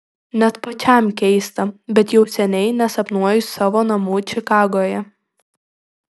net pačiam keista bet jau seniai nesapnuoju savo namų čikagoje